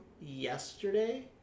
yesterday